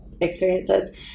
experiences